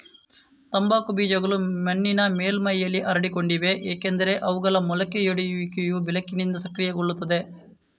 ತಂಬಾಕು ಬೀಜಗಳು ಮಣ್ಣಿನ ಮೇಲ್ಮೈಯಲ್ಲಿ ಹರಡಿಕೊಂಡಿವೆ ಏಕೆಂದರೆ ಅವುಗಳ ಮೊಳಕೆಯೊಡೆಯುವಿಕೆಯು ಬೆಳಕಿನಿಂದ ಸಕ್ರಿಯಗೊಳ್ಳುತ್ತದೆ